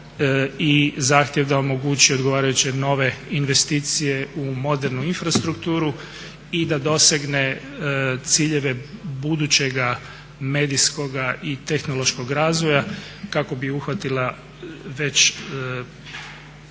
zahtjev da omogući odgovarajuće nove investicije u modernu infrastrukturu i da dosegne ciljeve budućega medijskog i tehnološkog razvoja kako bi uhvatila već